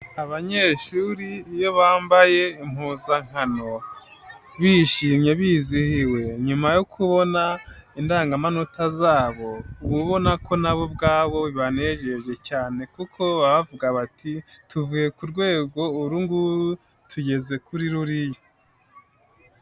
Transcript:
Abanyeshuri iyo bambaye impuzankano bishimye bizihiwe nyuma yo kubona indangamanota zabo, uba ubona ko nabo ubwabo banejeje cyane kuko bavugaga bati "tuvuye ku rwego ubu ngubu tugeze kuri ruriya".